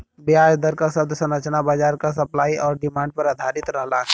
ब्याज दर क शब्द संरचना बाजार क सप्लाई आउर डिमांड पर आधारित रहला